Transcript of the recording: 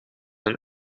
een